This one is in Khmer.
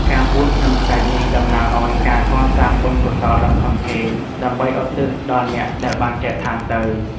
ការពូនភ្នំខ្សាច់នេះតំណាងឲ្យការកសាងបុណ្យកុសលដ៏ធំធេង ដើម្បីឧទ្ទិសដល់អ្នកដែលបានចែកឋានទៅ។